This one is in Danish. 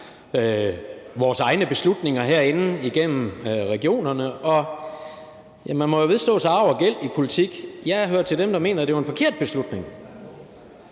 vores egne beslutninger herinde, altså igennem regionerne. Man må jo vedstå sig arv og gæld i politik. Jeg hører til dem, der mener, at det var en forkert beslutning,